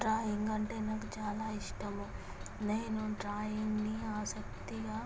drawing అంటే నాకు చాలా ఇష్టము నేను డ్రాయింగ్ ని ఆశక్తిగా